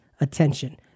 attention